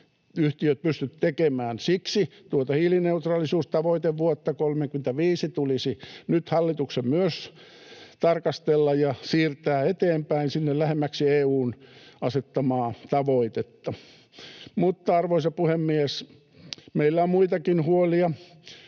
yhtiöt pysty tekemään. Siksi tuota hiilineutraalisuustavoitevuotta 35 tulisi nyt hallituksen myös tarkastella ja siirtää eteenpäin sinne lähemmäksi EU:n asettamaa tavoitetta. Mutta, arvoisa puhemies, meillä on muitakin huolia.